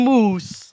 Moose